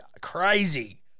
crazy